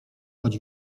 choć